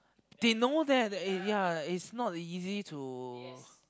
they know that eh ya is not easy to